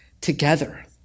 together